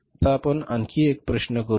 आता आपण आणखी एक प्रश्न करू